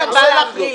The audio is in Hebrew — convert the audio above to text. אני לא מבין את זה.